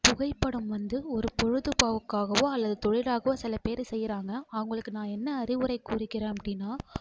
புகைப்படம் வந்து ஒரு பொழுதுபோக்காகவோ அல்லது தொழிலாகவோ சில பேரு செய்கிறாங்க அவங்களுக்கு நான் என்ன அறிவுரை கூறுகிறேன் அப்படினா